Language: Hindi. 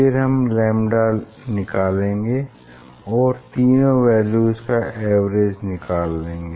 फिर हम लैम्डा निकालेंगे और तीनों वैल्यूज का एवरेज निकाल लेंगे